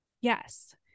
Yes